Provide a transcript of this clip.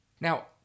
Now